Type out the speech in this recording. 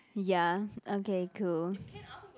ya okay cool